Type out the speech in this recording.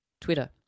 Twitter